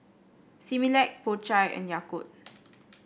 Similac Po Chai and Yakult